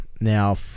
Now